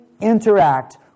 interact